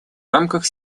рамках